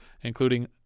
including